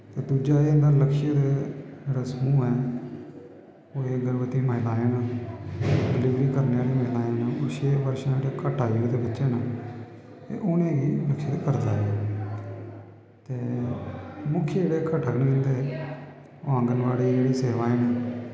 ते दूजा एह् इं'दा लक्ष्य रसम ओह् एह् ऐ ओह् एह् गर्भवती माहिलाएं दी डिलीवरी करने आह्ली महिलाएं दा छे बरशें थमा घट्ट आयु दे बच्चे न ते उ'नें गी करदा ऐ ते मुख्य जेह्ड़े घटक न इं'दे ओह् आंगनवाड़ी जेह्ड़ी सेवाएं न